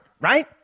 right